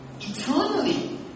eternally